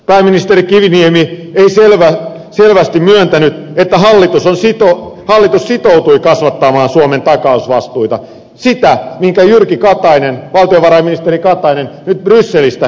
pääministeri kiviniemi ei selvästi myöntänyt että hallitus sitoutui kasvattamaan suomen takausvastuita sitä minkä valtiovarainministeri jyrki katainen nyt brysselistä käsin myöntää